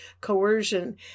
coercion